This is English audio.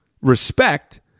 respect